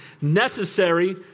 necessary